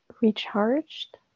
recharged